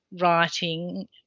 writing